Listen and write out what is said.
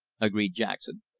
agreed jackson.